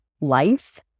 life